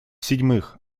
седьмых